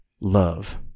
love